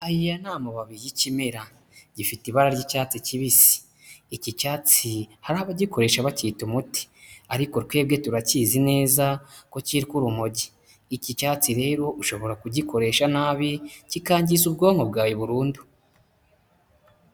Aya ni amababi y'ikimera. Gifite ibara ry'icyatsi kibisi. Iki cyatsi hari abagikoresha bacyita umuti. Ariko twebwe turakizi neza ko cyitwa urumogi. Iki cyatsi rero ushobora kugikoresha nabi kikangiza ubwonko bwawe burundu.